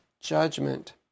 judgment